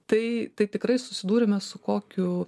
tai tai tikrai susidūrėme su kokiu